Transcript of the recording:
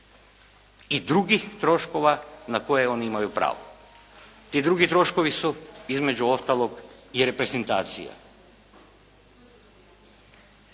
i drugih troškova na koje oni imaju pravo. Ti drugi troškovi su između ostalog i reprezentacija.